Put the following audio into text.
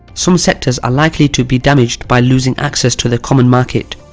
some sectors are likely to be damaged by losing access to the common market,